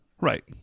right